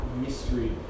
mystery